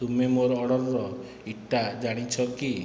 ତୁମେ ମୋର ଅର୍ଡରର ଇଟା ଜାଣିଛ କି